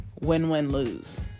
win-win-lose